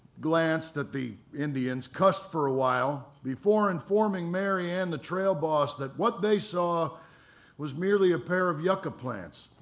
glanced at the indians, cussed for a while before informing mary and the trail boss that what they saw was merely a pair of yucca plants.